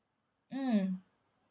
mm